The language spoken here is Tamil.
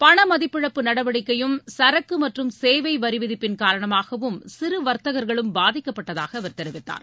பண மதிப்பிழப்பு நடவடிக்கையும் சரக்கு மற்றும் சேவை வரி விதிப்பின் காரணமாகவும் சிறு வர்த்தகர்களும் பாதிக்கப்பட்டதாக தெரிவித்தார்